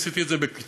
עשיתי את זה בקיצור,